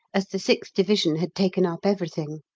as the sixth division had taken up everything.